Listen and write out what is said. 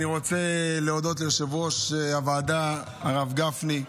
אני רוצה להודות ליושב-ראש הוועדה הרב גפני,